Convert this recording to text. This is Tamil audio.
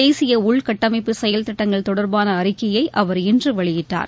தேசிய உள்கட்டமைப்பு செயல்திட்டங்கள் தொடர்பான அறிக்கையை அவர் இன்று வெளியிட்டார்